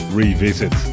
revisit